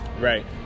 right